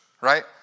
right